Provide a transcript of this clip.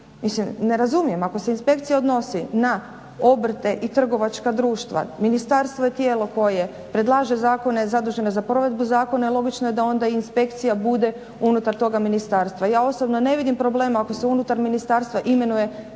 ne razumijem, ako se inspekcija odnosi na obrte i trgovačka društva, ministarstvo je tijelo koje predlaže zakone zadužene za provedbe zakona i logično je da onda i inspekcija bude unutar toga ministarstva. Ja osobno ne vidim problem ako se unutar ministarstva imenuje